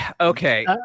Okay